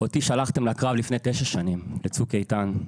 אותי שלחתם לקרב לפני תשע שנים, לצוק איתן.